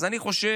אז אני חושב,